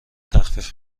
تخفیف